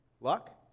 luck